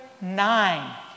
nine